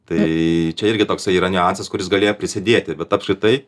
tai čia irgi toksai yra niuansas kuris galėjo prisidėti bet apskritai